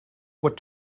what